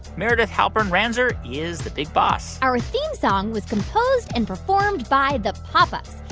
meredith halpern-ranzer is the big boss our theme song was composed and performed by the pop ups.